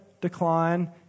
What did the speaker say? decline